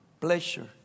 pleasure